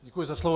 Děkuji za slovo.